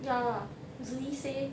ya zi yi say